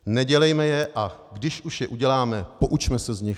Nedělejme je, a když už je uděláme, poučme se z nich.